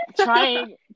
trying